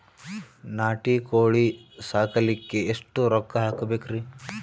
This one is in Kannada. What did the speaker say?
ನಾಟಿ ಕೋಳೀ ಸಾಕಲಿಕ್ಕಿ ಎಷ್ಟ ರೊಕ್ಕ ಹಾಕಬೇಕ್ರಿ?